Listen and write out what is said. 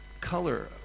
color